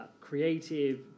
creative